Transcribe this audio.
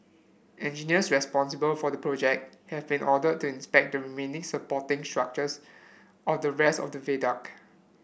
engineers responsible for the project have been ordered to inspect the remaining supporting structures of the rest of the viaduct